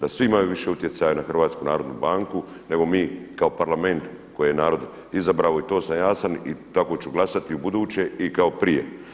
da svi imaju više utjecaja na HNB nego mi kao Parlament koje je narod izabrao i to sam jasan i tako ću glasati ubuduće i kao prije.